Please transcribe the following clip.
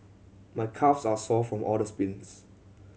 my calves are sore from all the sprints